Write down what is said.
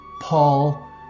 Paul